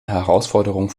herausforderung